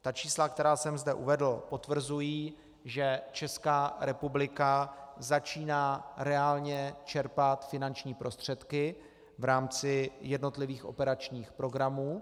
Ta čísla, která jsem zde uvedl, potvrzují, že Česká republika začíná reálně čerpat finanční prostředky v rámci jednotlivých operačních programů.